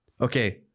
Okay